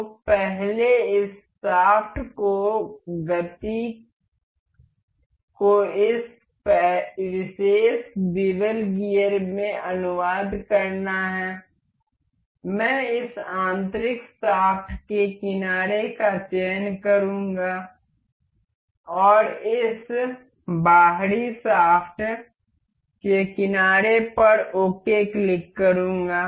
तो पहले इस शाफ्ट को गति को इस विशेष बेवल गियर में अनुवाद करना है मैं इस आंतरिक शाफ्ट के किनारे का चयन करूंगा और इस बाहरी शाफ्ट के किनारे पर ओके क्लिक करूंगा